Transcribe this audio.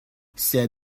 said